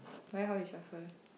why how you shuffle